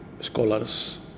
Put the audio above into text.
scholars